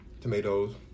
tomatoes